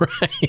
Right